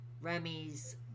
Remy's